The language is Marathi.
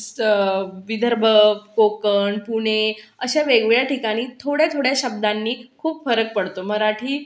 स विदर्भ कोकण पुणे अशा वेगवेगळ्या ठिकाणी थोड्या थोड्या शब्दांनी खूप फरक पडतो मराठी